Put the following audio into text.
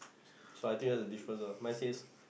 so I think that's the difference ah mine says